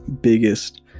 biggest